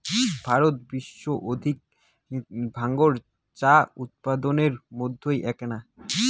ভারত বিশ্বর অধিক ডাঙর চা উৎপাদকের মইধ্যে এ্যাকনা